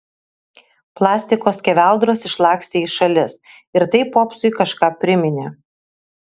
plastiko skeveldros išlakstė į šalis ir tai popsui kažką priminė